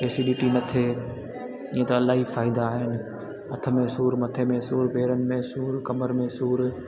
acidity न थिए ईअं त इलाही फ़ाइदा आहिनि हथ में सूरु मथे में सूरु पेरनि में सूरु कमर में सूरु